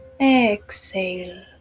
Exhale